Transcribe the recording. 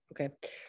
okay